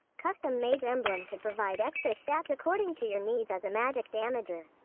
custom mage emblem could provide extra stats according to your needs as a magic damager.